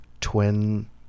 twin